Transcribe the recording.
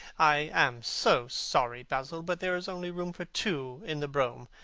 i am so sorry, basil, but there is only room for two in the brougham.